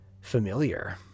familiar